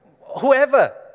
whoever